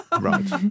Right